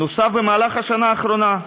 נוסף במהלך השנה האחרונה,